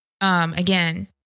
Again